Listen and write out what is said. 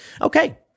Okay